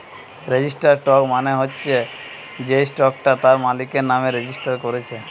registered stock মানে হচ্ছে যেই স্টকটা তার মালিকের নামে রেজিস্টার কোরছে